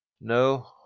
No